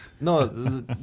No